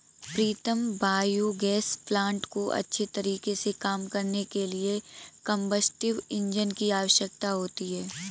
प्रीतम biogas plant को अच्छे तरीके से काम करने के लिए कंबस्टिव इंजन की आवश्यकता होती है